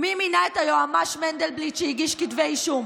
מי מינה את היועמ"ש מנדלבליט, שהגיש כתבי אישום?